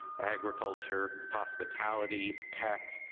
agriculture, hospitality, tech,